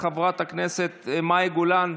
חברת הכנסת גילה גמליאל,